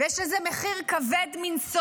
ויש לזה מחיר כבד מנשוא.